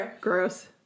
Gross